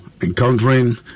encountering